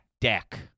deck